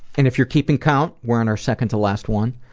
and if you're keeping count, we're on our second-to-last one.